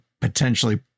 potentially